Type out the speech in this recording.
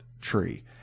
tree